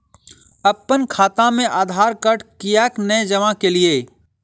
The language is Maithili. अप्पन खाता मे आधारकार्ड कियाक नै जमा केलियै?